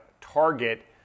target